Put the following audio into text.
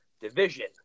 division